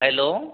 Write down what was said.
hello